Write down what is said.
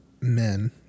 men